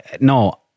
no